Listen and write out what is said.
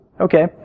Okay